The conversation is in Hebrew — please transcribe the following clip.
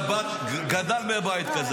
בבקשה.